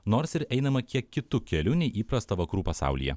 nors ir einama kiek kitu keliu nei įprasta vakarų pasaulyje